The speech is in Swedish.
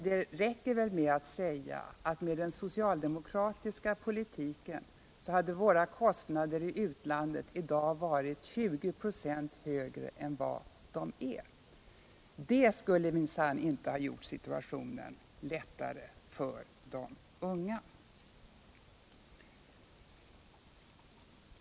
Det räcker väl med att säga att med den socialdemokratiska politiken hade våra kostnader i utlandet i dag varit 20 26 högre än vad de nu är. Det skulle minsann inte ha gjort situationen lättare för de unga.